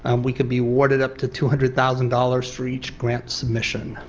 um we could be awarded up to two hundred thousand dollars for each grant submission.